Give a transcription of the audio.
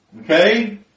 Okay